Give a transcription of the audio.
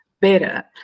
better